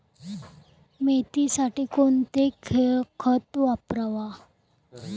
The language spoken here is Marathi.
मेथीसाठी कोणती खते वापरावी?